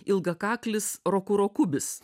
ilgakaklis roku rokubis